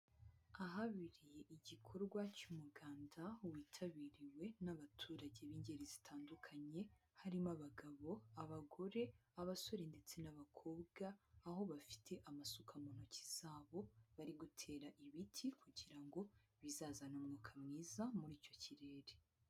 Ahabereye igikorwa cy'umuganda witabiriwe n'abaturage b'ingeri zitandukanye, harimo abagabo, abagore, abasore ndetse n'abakobwa, aho bafite amasuka mu ntoki zabo, bari gutera ibiti kugira ngo, bizazane umwuka mwiza muri icyo kirere.